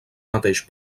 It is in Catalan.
mateix